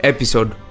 Episode